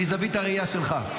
מזווית הראייה שלך,